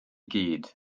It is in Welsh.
gyd